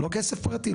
לא כסף פרטי,